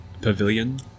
Pavilion